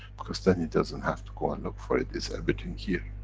because then he doesn't have to go and look for it, it's everything here.